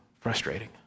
frustrating